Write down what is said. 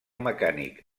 mecànic